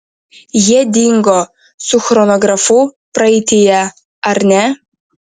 jie dingo su chronografu praeityje ar ne